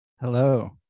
Hello